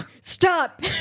stop